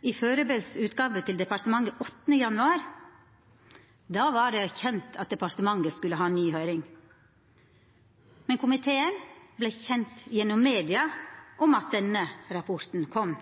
i førebels utgåve til departementet 8. januar. Då var det kjent at kontrollkomiteen skulle ha ny høyring. Men komiteen vart først gjennom media kjent med at denne rapporten kom.